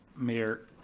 mayor.